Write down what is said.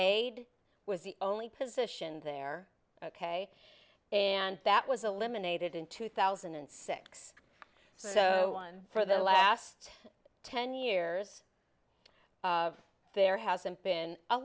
aid was the only position they're ok and that was eliminated in two thousand and six so one for the last ten years there hasn't been a